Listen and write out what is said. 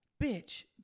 bitch